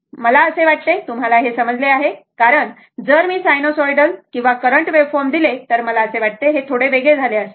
तर मला असे वाटते तुम्हाला समजले आहे कारण जर मी सरळ सायनोसाईडल किंवा करंट वेवफॉर्म दिले तर मला असे वाटते ते थोडे वेगळे झाले असते